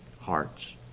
hearts